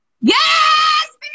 Yes